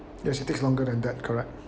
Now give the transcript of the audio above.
yes it takes longer than that correct